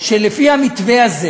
שלפי המתווה הזה